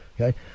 Okay